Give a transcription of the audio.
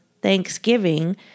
Thanksgiving